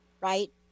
right